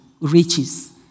riches